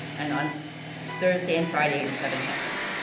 and and thursday and friday in seven hills.